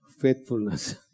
faithfulness